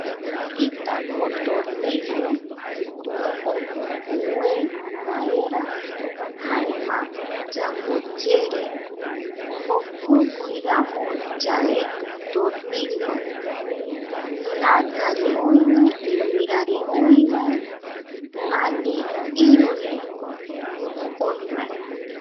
Yaumbiritako tornillo, omongue jaema yamo yere, jokoguiramo yaeki tornillo latare oivae, ivirare oivae, ani irure oivae.